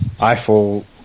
Eiffel